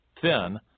thin